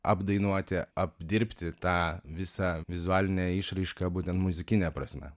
apdainuoti apdirbti tą visą vizualinę išraišką būtent muzikine prasme